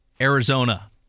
Arizona